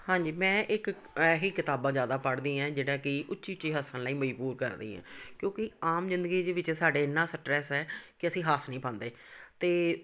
ਹਾਂਜੀ ਮੈਂ ਇੱਕ ਇਹੀ ਕਿਤਾਬਾਂ ਜ਼ਿਆਦਾ ਪੜ੍ਹਦੀ ਐਂ ਜਿਹੜਾ ਕਿ ਉੱਚੀ ਉੱਚੀ ਹੱਸਣ ਲਈ ਮਜ਼ਬੂਰ ਕਰਦੀ ਹੈ ਕਿਉਂਕਿ ਆਮ ਜ਼ਿੰਦਗੀ ਦੇ ਵਿੱਚ ਸਾਡੇ ਇੰਨਾਂ ਸਟਰੈਸ ਹੈ ਕਿ ਅਸੀਂ ਹੱਸ ਨਹੀਂ ਪਾਉਂਦੇ ਅਤੇ